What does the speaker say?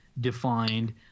defined